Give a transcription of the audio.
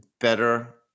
better